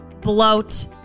bloat